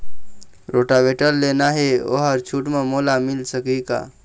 Rotavator लेना हे ओहर छूट म मोला मिल सकही का?